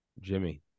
Jimmy